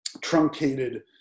truncated